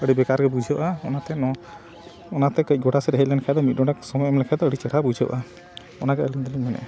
ᱟᱹᱰᱤ ᱵᱮᱠᱟᱨ ᱜᱮ ᱵᱩᱡᱷᱟᱹᱜᱼᱟ ᱚᱱᱟᱛᱮ ᱱᱚᱣᱟ ᱚᱱᱟᱛᱮ ᱠᱟᱹᱡ ᱜᱚᱰᱟ ᱥᱮᱫ ᱦᱮᱡ ᱞᱮᱱ ᱠᱷᱟᱱ ᱫᱚ ᱢᱤᱫ ᱰᱚᱸᱰᱮᱠ ᱥᱚᱢᱚᱭ ᱮᱢ ᱞᱮᱠᱷᱟᱱ ᱫᱚ ᱟᱹᱰᱤ ᱪᱮᱦᱨᱟ ᱵᱩᱡᱷᱟᱹᱜᱼᱟ ᱚᱱᱟ ᱜᱮ ᱟᱹᱞᱤᱧ ᱫᱚᱞᱤᱧ ᱢᱮᱱᱮᱜᱼᱟ